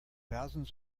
thousands